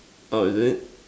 oh is it